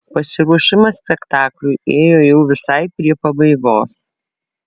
pasiruošimas spektakliui ėjo jau visai prie pabaigos